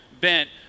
bent